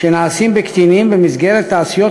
(איסור צריכת